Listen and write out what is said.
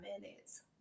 minutes